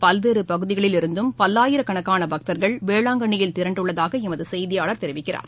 பல்வேறுபகுதிகளிலிருந்தும் பல்லாயிரக்கணக்கானபக்தர்கள் இதனைகாணநாட்டின் வேளாங்கண்ணியில் திரண்டுள்ளதாகஎமதுசெய்தியாளர் தெரிவிக்கிறார்